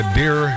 dear